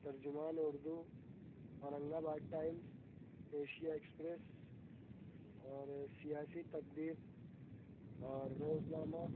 ترجمان Urdu Aurangabad Times Asia Express اور سیاسی تقدیر اور روزنامہ